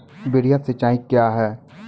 वृहद सिंचाई कया हैं?